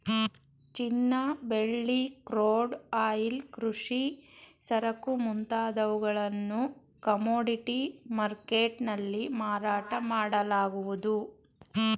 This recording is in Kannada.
ಚಿನ್ನ, ಬೆಳ್ಳಿ, ಕ್ರೂಡ್ ಆಯಿಲ್, ಕೃಷಿ ಸರಕು ಮುಂತಾದವುಗಳನ್ನು ಕಮೋಡಿಟಿ ಮರ್ಕೆಟ್ ನಲ್ಲಿ ಮಾರಾಟ ಮಾಡಲಾಗುವುದು